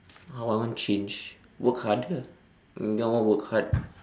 uh I want change work harder ya I want to work hard